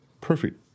perfect